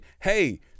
hey